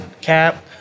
cap